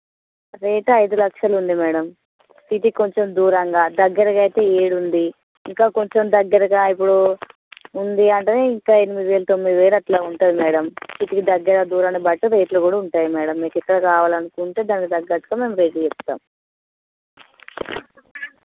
rate ఐదు లక్షలుంది madam సిటీకి కొంచం దూరంగా దగ్గరగా అయితే ఏడుంది ఇంకా కొంచెం దగ్గరగా ఇప్పుడు ఉంది అంటే ఇంకా ఎనిమిది వేలు తొమ్మిది వేలు అట్లా ఉంటుంది మేడం సిటీకి దగ్గర దూరాన్ని బట్టి రేట్లు కూడా ఉంటాయి మేడం మీకు ఎక్కడ కావాలనుకుంటే దానికి తగ్గట్టుగా మేము రేట్లు చెప్తాం